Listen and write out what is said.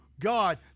God